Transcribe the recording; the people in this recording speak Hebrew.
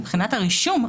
מבחינת הרישום,